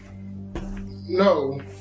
no